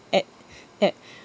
at at